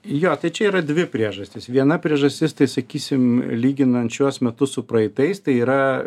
jo tai čia yra dvi priežastys viena priežastis tai sakysim lyginant šiuos metus su praeitais tai yra